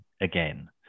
again